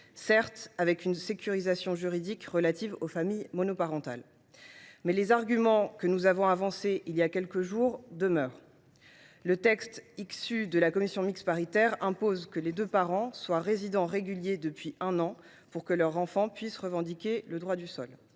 en CMP. Une sécurisation juridique relative aux familles monoparentales a certes été ajoutée, mais les arguments que nous avons avancés il y a quelques jours restent valables. Le texte issu de la commission mixte paritaire impose que les deux parents soient résidents réguliers depuis un an pour que leur enfant puisse revendiquer le droit du sol.